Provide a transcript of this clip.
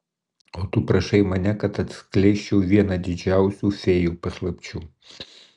o tu prašai mane kad atskleisčiau vieną didžiausių fėjų paslapčių